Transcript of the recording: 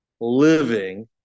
living